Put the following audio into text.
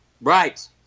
right